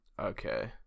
Okay